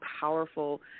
powerful